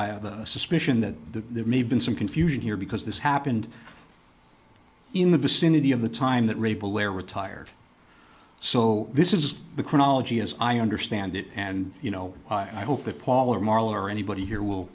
have a suspicion that the may have been some confusion here because this happened in the vicinity of the time that ripple where retired so this is the chronology as i understand it and you know i hope that paul or marlowe or anybody here will